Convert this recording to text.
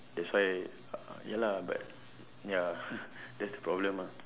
that's why ya lah but ya that's the problem ah